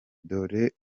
dore